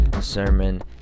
sermon